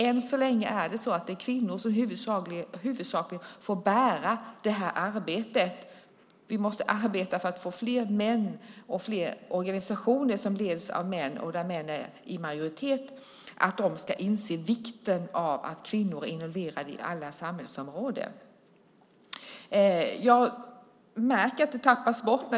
Än så länge är det så att det är kvinnor som huvudsakligen får bära det här arbetet. Vi måste arbeta för att få fler män och fler organisationer som leds av män och där män är i majoritet att inse vikten av att kvinnor är involverade inom alla samhällsområden. Jag märker att detta tappas bort.